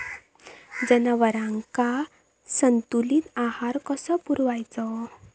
जनावरांका संतुलित आहार कसो पुरवायचो?